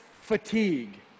fatigue